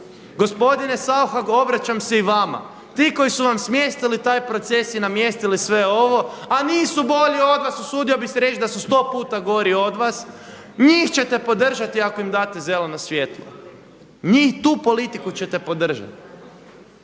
Gospodine Saucha obraćam se i vama. Ti koji su vam smjestili taj proces i namjestili sve ovo, a nisu bolji od vas usudio bih se reći da su sto puta gori od vas, njih ćete podržati ako im date zeleno svjetlo. Njih, tu politiku ćete podržati.